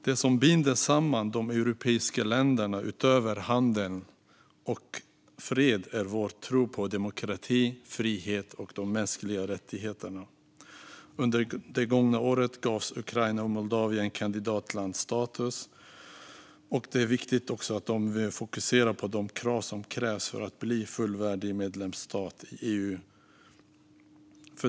Det som binder samman de europeiska länderna utöver handel och fred är vår tro på demokrati, frihet och mänskliga rättigheter. Under det gångna året gavs Ukraina och Moldavien kandidatlandsstatus. Det är viktigt att de fokuserar på de krav som ställs för att man ska bli fullvärdig medlemsstat i EU.